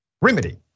remedy